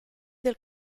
del